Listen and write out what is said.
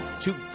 two